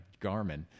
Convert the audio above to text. Garmin